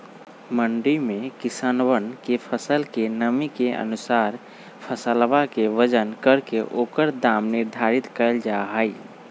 मंडी में किसनवन के फसल के नमी के अनुसार फसलवा के वजन करके ओकर दाम निर्धारित कइल जाहई